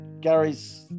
Gary's